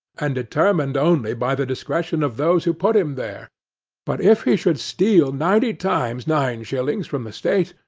and determined only by the discretion of those who put him there but if he should steal ninety times nine shillings from the state,